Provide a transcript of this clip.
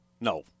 No